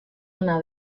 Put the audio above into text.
ona